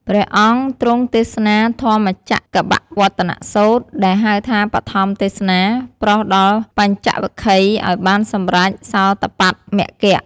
ព្រះអង្គទ្រង់ទេសនាធម្មចក្រកប្បវត្តនសូត្រ ដែលហៅថាបឋមទេសនា ប្រោសដល់បញ្ចវគិ្គយ៍ឲ្យបានសម្រេចសោតាបត្តមគ្គ។